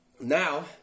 now